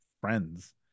friends